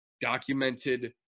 documented